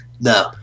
No